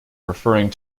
referring